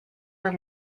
were